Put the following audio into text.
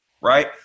right